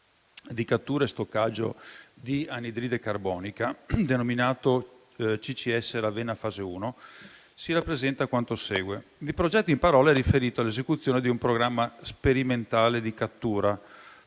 di cattura e stoccaggio di anidride carbonica, denominato CCS Ravenna fase 1, si rappresenta quanto segue. Il progetto in parola è riferito all'esecuzione di un programma sperimentale di cattura,